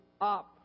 up